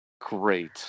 Great